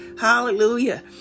Hallelujah